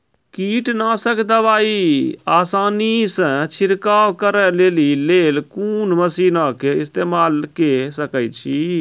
कीटनासक दवाई आसानीसॅ छिड़काव करै लेली लेल कून मसीनऽक इस्तेमाल के सकै छी?